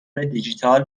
دیجیتال